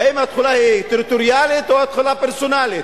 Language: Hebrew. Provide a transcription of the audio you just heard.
האם התחולה היא טריטוריאלית, או התחולה פרסונלית?